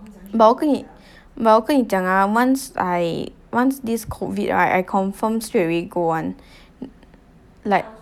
but 我跟你 but 我跟你讲 once I once this COVID right I confirm straight away go [one] like